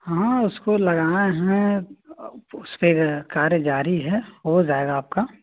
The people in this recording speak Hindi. हाँ उसको लगाना है उस पर जो है कार्य जारी है हो जायेगा आपका